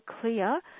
clear